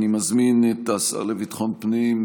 אני מזמין את השר לביטחון פנים,